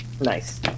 nice